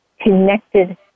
connected